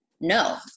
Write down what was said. no